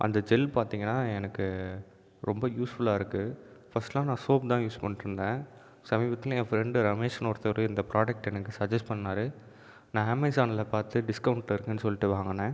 அந்த ஜெல் பார்த்திங்கன்னா எனக்கு ரொம்ப யூஸ்ஃபுல்லாக இருக்குது ஃபர்ஸ்ட்லாம் நான் சோப்பு தான் யூஸ் பண்ணிட்டுருந்தேன் சமீபத்தில் என் பிரெண்ட் ரமேஷுன்னு ஒருத்தரு இந்த ப்ராடக்ட் எனக்கு சஜ்ஜஸ் பண்ணார் நான் அமேசானில் பார்த்து டிஸ்கவுண்ட்டில் இருக்குதுன்னு சொல்லிட்டு வாங்குனே